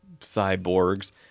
cyborgs